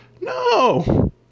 No